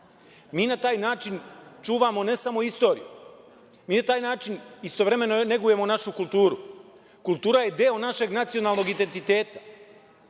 Mi na taj način čuvamo, ne samo istoriju, mi na taj način istovremeno negujemo našu kulturu. Kultura je deo našeg nacionalnog identiteta